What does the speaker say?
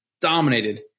Dominated